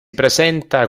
presenta